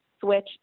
switch